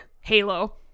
Halo